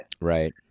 Right